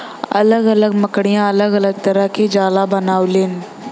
अलग अलग मकड़िया अलग अलग तरह के जाला बनावलीन